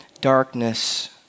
Darkness